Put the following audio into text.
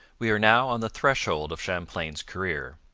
we are now on the threshold of champlain's career,